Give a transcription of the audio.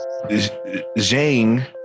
Zhang